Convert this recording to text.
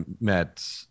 met